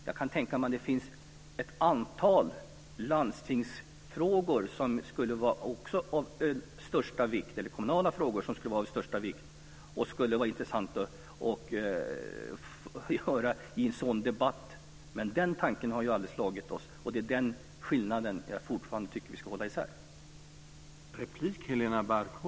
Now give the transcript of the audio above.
Jag kan tänka mig att det finns ett antal landstingsfrågor och kommunala frågor som också skulle vara av största vikt och skulle vara intressanta att höra i en sådan debatt, men den tanken har ju aldrig slagit oss, och det är de sakerna jag fortfarande tycker att vi ska hålla isär.